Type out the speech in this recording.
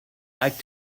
like